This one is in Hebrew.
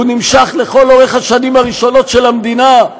הוא נמשך לאורך כל השנים הראשונות של המדינה,